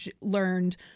learned